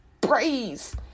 praise